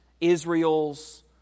Israel's